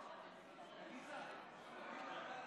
לא נתקבלה.